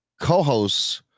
co-hosts